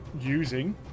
Using